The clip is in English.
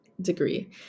degree